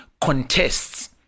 contests